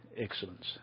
excellence